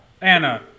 Anna